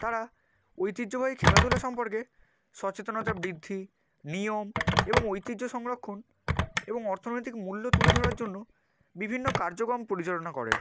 তারা ঐতিহ্যবাহী খেলাধুলা সম্পর্কে সচেতনতা বৃদ্ধি নিয়ম এবং ঐতিহ্য সংরক্ষণ এবং অর্থনৈতিক মূল্য তুলে ধরার জন্য বিভিন্ন কার্যক্রম পরিচালনা করে